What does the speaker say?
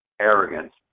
arrogance